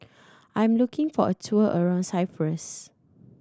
I'm looking for a tour around Cyprus